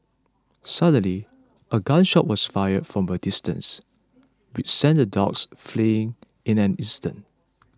suddenly a gun shot was fired from a distance which sent the dogs fleeing in an instant